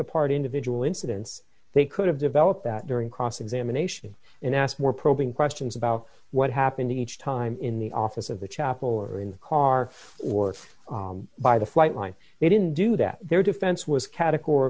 apart individual incidents they could have developed that during cross examination and ask more probing questions about what happened each time in the office of the chapel or in the car or by the flight line they didn't do that their defense was categor